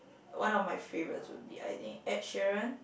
one of my favourites would be I think Ed-Sheeran